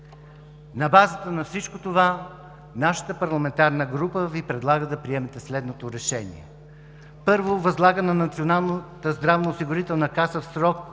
на базата на всичко това нашата парламентарна група Ви предлага да приемете следното решение: първо, възлага на Националната здравноосигурителна каса в срок